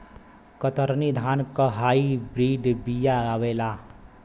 कतरनी धान क hybrid बिया आवेला का?